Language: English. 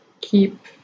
keep